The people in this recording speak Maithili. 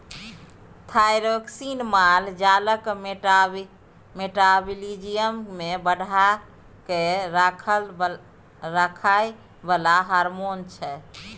थाइरोक्सिन माल जालक मेटाबॉलिज्म केँ बढ़ा कए राखय बला हार्मोन छै